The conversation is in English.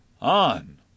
on